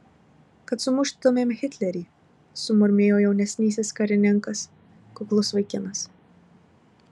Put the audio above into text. kad sumuštumėm hitlerį sumurmėjo jaunesnysis karininkas kuklus vaikinas